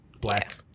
black